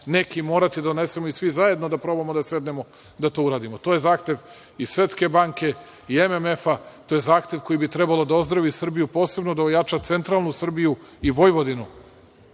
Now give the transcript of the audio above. neki morati da donesemo i svi zajedno da probamo da sednemo da to uradimo. To je zahtev iz Svetske banke i MMF-a, to je zahtev koji bi trebalo da ozdravi Srbiju, posebno da ojača Centralnu Srbiju i Vojvodinu,